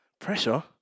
pressure